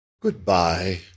Goodbye